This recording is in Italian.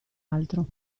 altro